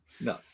No